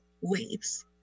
waves